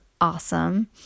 awesome